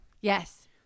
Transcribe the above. Yes